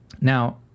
Now